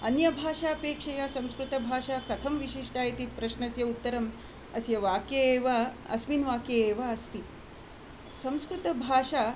अन्यभाषापेक्षया संस्कृतभाषा कथं विशिष्टा इति प्रश्नस्य उत्तरम् अस्य वाक्ये एव अस्मिन् वाक्ये एव अस्ति संस्कृतभाषा